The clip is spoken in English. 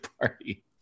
party